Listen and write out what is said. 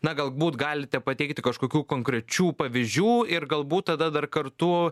na galbūt galite pateikti kažkokių konkrečių pavyzdžių ir galbūt tada dar kartu